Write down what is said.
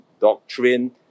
doctrine